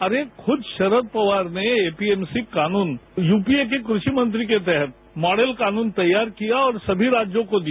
अरे खुद शरद पवार ने एपीएमसी कानून यूपीए के कृषि मंत्री के तहत मॉडल कानून तैयार किया और समी राज्यों को दिया